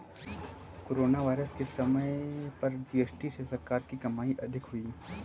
corona virus के समय पर जी.एस.टी से सरकार की कमाई अधिक हुई